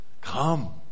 come